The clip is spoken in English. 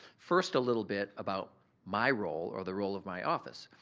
first, a little bit about my role or the role of my office.